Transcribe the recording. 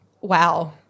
Wow